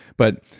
but,